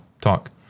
talk